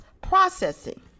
processing